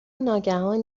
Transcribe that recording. ناگهان